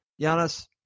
Giannis